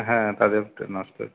হ্যাঁ তাদেরটা নষ্ট হচ্ছে